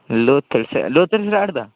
लौहत्तर सलै लौहत्तर स्लैट दा